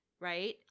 right